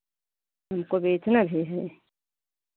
हमको बेचना भी है